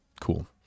cool